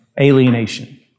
alienation